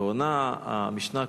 ועונה המשנה,